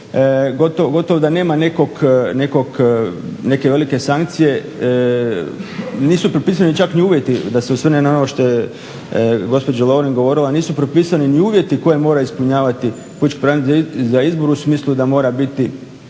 gotovo da nema nekog, neke velike sankcije, nisu propisani čak ni uvjeti da se osvrne na ono što je gospođa Lovrin govorila. Nisu propisani ni uvjeti koje mora ispunjavati pučki pravobranitelj za izbor u smislu da mora biti,